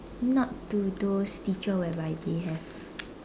not to those teacher whereby they have